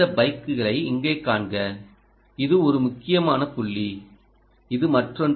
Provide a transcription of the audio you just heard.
இந்த பைக்குகளை இங்கே காண்க இது ஒரு முக்கியமான புள்ளி இது மற்றொன்று